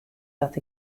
dat